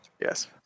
Yes